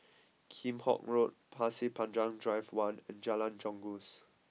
Kheam Hock Road Pasir Panjang Drive one and Jalan Janggus